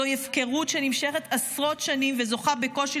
זוהי הפקרות שנמשכת עשרות שנים וזוכה בקושי